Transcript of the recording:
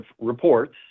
reports